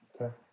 Okay